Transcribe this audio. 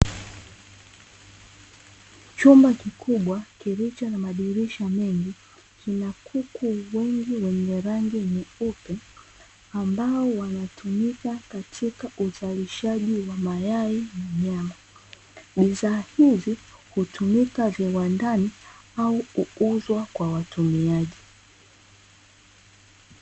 Chumba kikubwa kilicho na madirisha mengi na kuku wengi wenye rangi nyeupe ambao wanatumika katika uzalishaji wa mayai na nyama. Bidhaa hizi hutumika viwandani au kuuzwa kwa watumiaji.